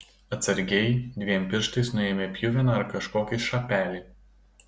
atsargiai dviem pirštais nuėmė pjuveną ar kažkokį šapelį